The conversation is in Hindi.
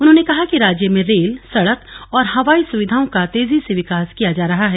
उन्होंने कहा कि राज्य में रेल सडक व हवाई सुविधाओं का तेजी से विकास किया जा रहा है